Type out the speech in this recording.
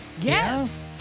Yes